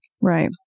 right